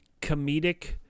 comedic